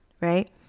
right